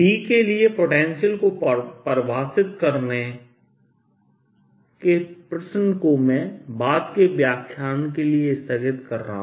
B के लिए potential को परिभाषित करने के प्रश्न को मैं बाद के व्याख्यान के लिए स्थगित कर रहा हूं